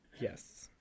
Yes